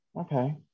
Okay